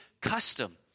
custom